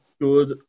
good